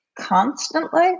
constantly